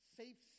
safe